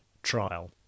trial